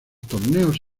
torneos